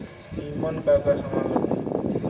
ईमन का का समान लगी?